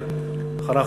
ואחריו,